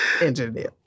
engineer